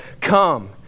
come